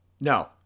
No